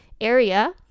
area